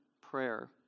prayer